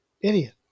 idiot